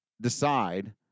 decide